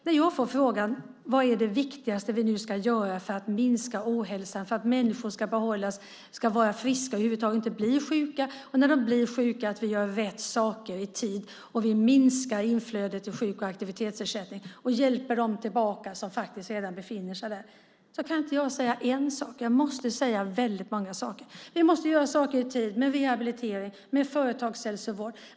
När jag får frågan vad som är det viktigaste vi nu ska göra för att minska ohälsan, för att människor ska vara friska och över huvud taget inte bli sjuka, att vi när de blir sjuka gör rätt saker i tid och att vi minskar utflödet i sjuk och aktivitetsersättning och hjälper dem tillbaka som redan befinner sig där, så kan jag inte säga en sak. Jag måste säga väldigt många saker. Vi måste göra saker i tid med rehabilitering och företagshälsovård.